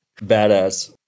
Badass